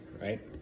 right